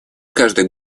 каждый